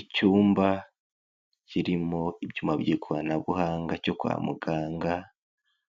Icyumba kirimo ibyuma by'ikoranabuhanga cyo kwa muganga,